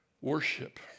Worship